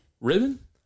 Ribbon